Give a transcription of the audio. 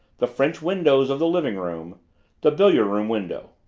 the french windows of the living room the billiard-room window.